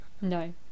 no